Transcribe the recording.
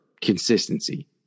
consistency